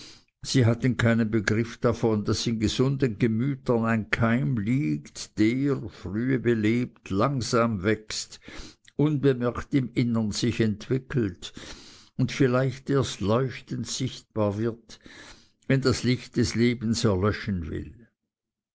sie hatten keinen begriff davon daß in gesunden gemütern ein keim liegt der frühe belebt langsam wächst unbemerkt im innern sich entwickelt und vielleicht erst leuchtend sichtbar wird wenn das licht des lebens erlöschen will